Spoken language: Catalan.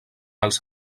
als